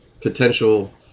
potential